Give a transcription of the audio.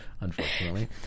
unfortunately